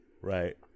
Right